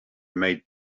made